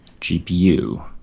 GPU